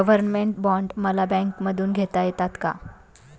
Government bond मला बँकेमधून घेता येतात का?